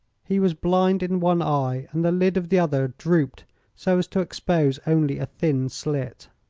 he was blind in one eye and the lid of the other drooped so as to expose only a thin slit.